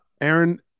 Aaron